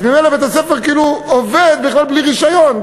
אז ממילא בית-הספר כאילו עובד בכלל בלי רישיון,